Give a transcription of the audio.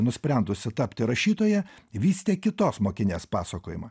nusprendusi tapti rašytoja vystė kitos mokinės pasakojimą